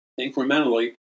incrementally